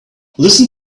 listen